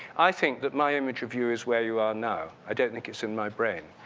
i think that my image of you is where you are now. i don't think it's in my brain.